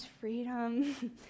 freedom